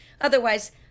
Otherwise